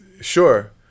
sure